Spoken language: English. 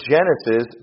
Genesis